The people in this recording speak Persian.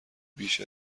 بیش